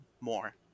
more